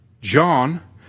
John